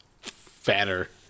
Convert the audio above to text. Fatter